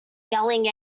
yelling